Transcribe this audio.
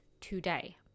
today